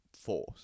force